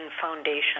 foundation